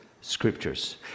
scriptures